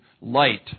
light